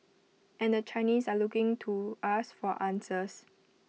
and the Chinese are looking to us for answers